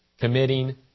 committing